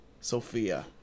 Sophia